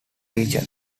region